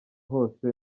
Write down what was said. hose